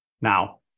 Now